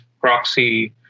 proxy